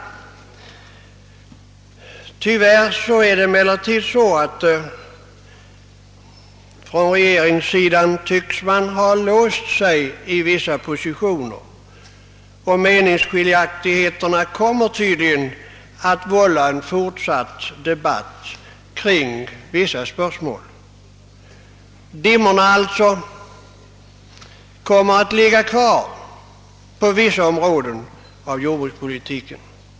Tyvärr tycks man emellertid på regeringssidan ha låst sig i vissa positioner, vilket troligen kommer att föranleda fortsatt debatt kring en del spörsmål. Dimmorna kommer med andra ord att ligga kvar på vissa områden av jordbrukspolitiken.